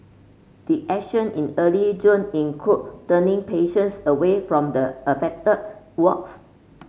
did action in early June include turning patients away from the affected wards